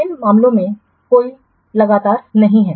इन मामलों में कोई लगातार नहीं है